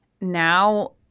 now